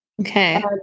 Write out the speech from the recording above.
Okay